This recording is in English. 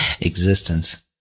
Existence